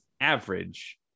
average